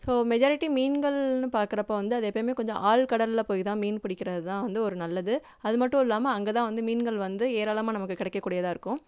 so majority மீன்கள்னு பார்க்குறப்ப வந்து அது எப்பவுமே கொஞ்சம் ஆழ்கடல்ல போய் தான் மீன் பிடிக்கிறதுதான் வந்து ஒரு நல்லது அது மட்டும் இல்லாமல் அங்கே தான் வந்து மீன்கள் வந்து ஏராளமாக நமக்கு கிடைக்கக் கூடியதாக இருக்கும்